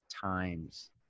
times